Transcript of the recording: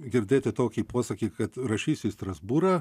girdėti tokį posakį kad rašysiu į strasbūrą